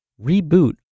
reboot